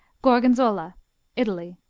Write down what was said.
gorgonzola italy